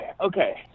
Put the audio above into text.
okay